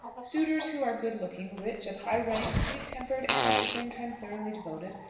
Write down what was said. suitors who are good-looking, rich, of high rank, sweet-tempered, and at the same time thoroughly devoted,